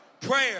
Prayer